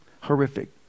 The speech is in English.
Horrific